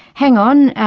hang on,